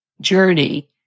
journey